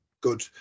good